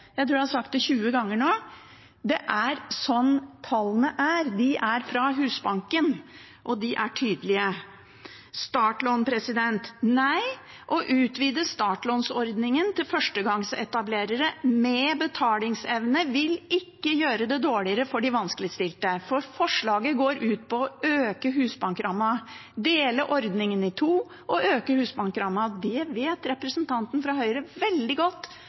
Jeg tror jeg har sagt det 20 ganger nå: Det er slik tallene er. De er fra Husbanken, og de er tydelige. Startlån: Nei, å utvide startlånsordningen til førstegangsetablerere med betalingsevne vil ikke gjøre det dårligere for de vanskeligstilte. Forslaget går ut på å dele ordningen i to og øke husbankrammen. Det vet representanten fra Høyre veldig godt.